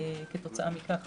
כתוצאה מכך